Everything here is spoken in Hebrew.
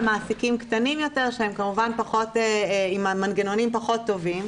מעסיקים קטנים יותר שהם עם מנגנונים פחות טובים,